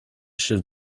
chefs